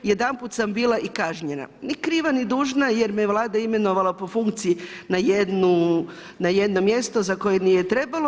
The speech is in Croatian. Jedanput sam bila i kažnjena ni kriva, ni dužna jer me Vlada imenovala po funkciji na jedno mjesto za koje nije trebalo.